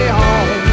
home